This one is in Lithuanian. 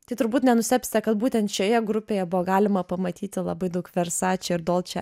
tai turbūt nenustebsite kad būtent šioje grupėje buvo galima pamatyti labai daug versace ir dolce